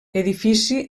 edifici